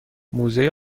موزه